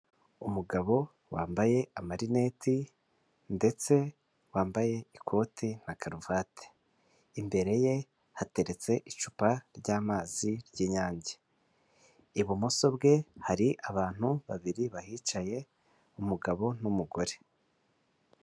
Umugabo wambaye amarineti ndetse wambaye ikoti na karuvati, imbere ye hateretse icupa ry'amazi ry'inyange, ibumoso bwe hari abantu babiri bahicaye umugabo n'umugore.